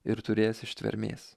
ir turės ištvermės